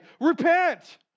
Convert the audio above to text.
Repent